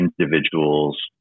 individuals